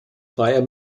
freier